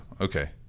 Okay